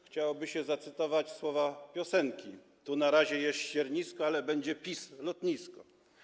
Chciałoby się zacytować słowa piosenki: tu na razie jest ściernisko, ale będzie PiS lotnisko.